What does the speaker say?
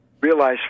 realize